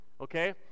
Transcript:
okay